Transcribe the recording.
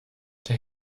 der